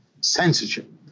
censorship